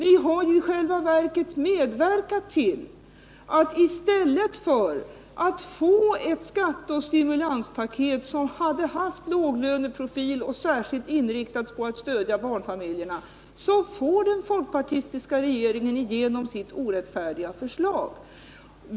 I stället för att vi skulle kunna få ett skatteoch stimulanspaket med låglöneprofil och särskild inriktning på att stödja barnfamiljerna har ni i själva verket medverkat till att folkpartiregeringen får igenom sitt orättfärdiga förslag.